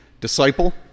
disciple